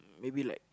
maybe like